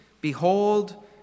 behold